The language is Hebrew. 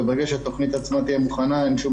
וברגע שהתוכנית תהיה מוכנה אין שום